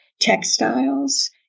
textiles